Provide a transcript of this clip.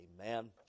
amen